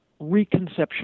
reconception